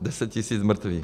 Deset tisíc mrtvých.